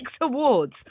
awards